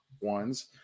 ones